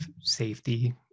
safety